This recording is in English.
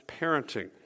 parenting